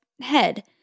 head